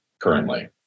currently